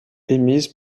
émises